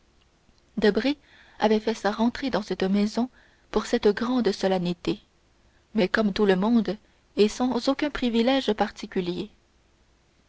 avait fait sa rentrée dans cette maison pour cette grande solennité mais comme tout le monde et sans aucun privilège particulier